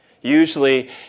Usually